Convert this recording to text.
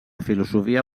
filosofia